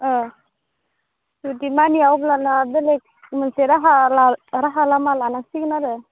जुदि मानिया अब्लाना बेलेग मोनसे राहा ला राहा लामा लानांसिगोन आरो